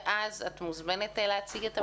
ואז את מוזמנת להציג את המנהלות.